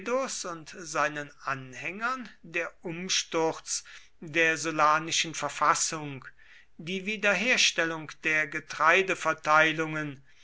und seinen anhängern der umsturz der sullanischen verfassung die wiederherstellung der